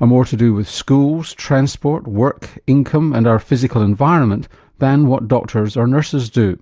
are more to do with schools, transport, work, income and our physical environment than what doctors or nurses do.